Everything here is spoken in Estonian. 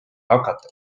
hakata